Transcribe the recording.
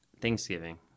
thanksgiving